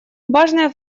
важные